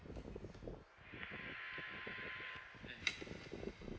the